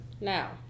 now